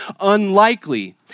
unlikely